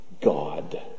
God